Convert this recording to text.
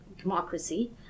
democracy